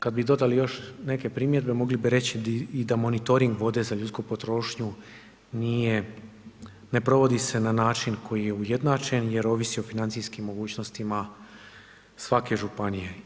Kad bi dodali još neke primjedbe, mogli bi reći i da monitoring vode za ljudsku potrošnju nije, ne provodi se na način koji je ujednačen jer ovisi o financijskim mogućnostima svake Županije.